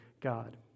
God